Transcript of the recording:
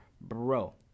Bro